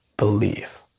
Believe